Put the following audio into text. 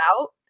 out